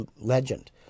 legend